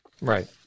Right